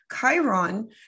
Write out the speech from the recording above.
Chiron